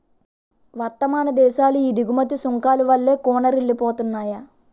వర్థమాన దేశాలు ఈ దిగుమతి సుంకాల వల్లే కూనారిల్లిపోతున్నాయి